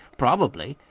probably.